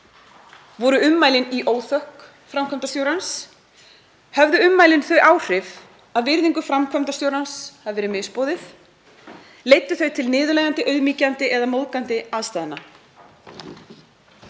Voru ummælin í óþökk framkvæmdastjórans? Höfðu ummælin þau áhrif að virðingu framkvæmdastjórans hafi verið misboðið? Leiddu þau til niðurlægjandi, auðmýkjandi eða móðgandi aðstæðna?